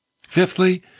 Fifthly